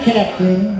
Captain